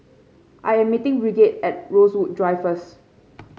I'm meeting Bridgett at Rosewood Drive first